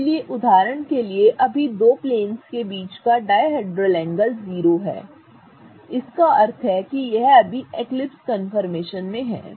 इसलिए उदाहरण के लिए अभी दो प्लेंस के बीच का डायहेड्रल एंगल 0 है ठीक है इसका अर्थ है कि यह अभी एक्लिप्स कन्फर्मेशन में है